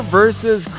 versus